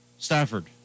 Stafford